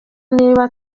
niba